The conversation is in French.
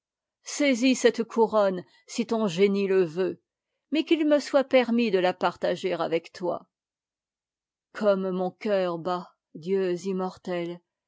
saisis cette couronne si ton k génie le veut mais qu'il me soit permis de la partager avec toi i comme mon cœur bat dieux immortels